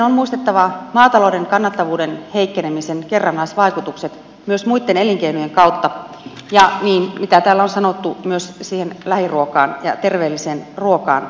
on muistettava maatalouden kannattavuuden heikkenemisen kerrannaisvaikutukset myös muitten elinkeinojen kautta ja se mitä täällä on sanottu myös siitä lähiruuasta ja terveellisestä ruuasta